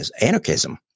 anarchism